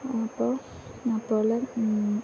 അപ്പം അപ്പോൾ